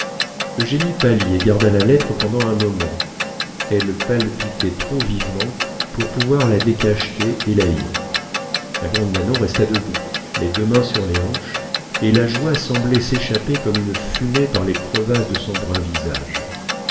revenu eugénie pâlit et garda la lettre pendant un moment elle palpitait trop vivement pour pouvoir la décacheter et la lire la grande nanon resta debout les deux mains sur les hanches et la joie semblait s'échapper comme une fumée par les crevasses de son brun visage